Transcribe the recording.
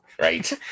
Right